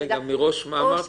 למה.